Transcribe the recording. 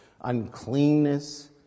uncleanness